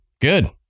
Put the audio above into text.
Good